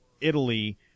italy